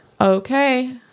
Okay